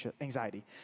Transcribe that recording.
anxiety